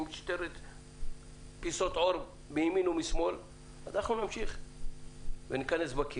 אנחנו נמשיך וניכנס בקיר.